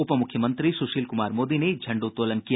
उप मुख्यमंत्री सुशील कुमार मोदी ने झंडोत्तोलन किया